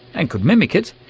and could mimic it,